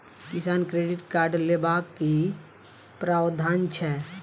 किसान credit card लेबाक की प्रावधान छै?